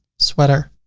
sweater.